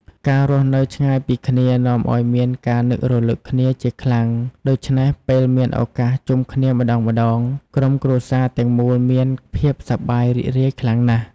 ការរស់នៅឆ្ងាយពីគ្នានាំឱ្យមានការនឹករឭកគ្នាជាខ្លាំង ដូច្នេះពេលមានឱកាសជុំគ្នាម្ដងៗ ក្រុមគ្រួសារទាំងមូលមានភាពសប្បាយរីករាយខ្លាំងណាស់។